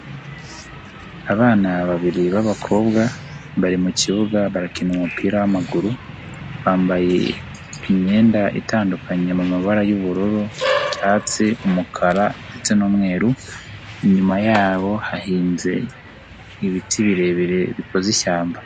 Abana babiri b'abakobwa bari mu kibuga barakina umupira w'amaguru, bambaye imyenda itandukanye mu mabara y'ubururu, icyatsi, umukara ndetse n'umweru, inyuma yabo hahinze ibiti birebire bikoze ishyamba.